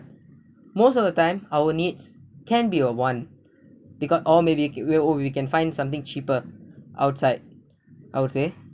most of the time our needs can be a one they got all maybe or we or we can find something cheaper outside I would say